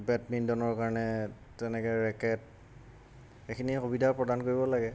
বেডমিণ্টনৰ কাৰণে তেনেকৈ ৰেকেট এইখিনিয়ে সুবিধা প্ৰদান কৰিব লাগে